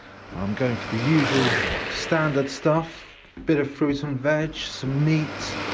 i'm going for the usual standard stuff bit of fruit and veg, some meat,